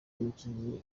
umukinnyi